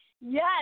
Yes